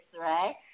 right